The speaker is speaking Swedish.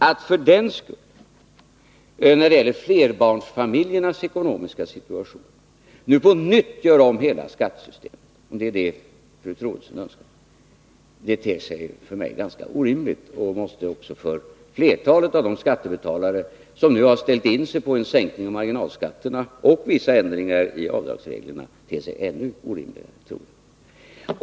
Att med hänvisning till flerbarnsfamiljernas ekonomiska situation nu på nytt göra om hela skattesystemet — om det är vad fru Troedsson önskar — ter sig för mig ganska orimligt. Och det måste också för flertalet av de skattebetalare som nu har ställt in sig på en sänkning av marginalskatterna och vissa ändringar i avdragsreglerna te sig ännu orimligare.